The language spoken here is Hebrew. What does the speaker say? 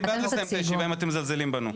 אני בעד לסיים את הישיבה אם אתם מזלזלים בנו.